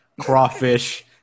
crawfish